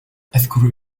أذكر